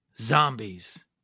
Zombies